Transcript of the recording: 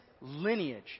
lineage